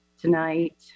tonight